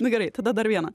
nu gerai tada dar vieną